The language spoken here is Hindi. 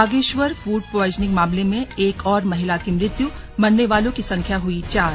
बागेश्वर फूड प्वाइजनिंग मामले में एक और महिला की मृत्युमरने वालों की संख्या हुई चार